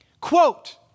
Quote